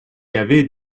avait